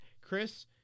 Chris